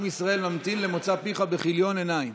עם ישראל ממתין למוצא פיך בכיליון עיניים.